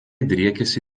driekiasi